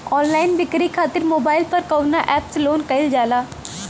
Online बिक्री खातिर mobile पर कवना एप्स लोन कईल जाला?